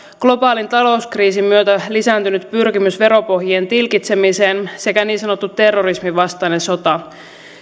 globaalin talouskriisin myötä lisääntynyt pyrkimys veropohjien tilkitsemiseen sekä niin sanottu terrorismin vastainen sota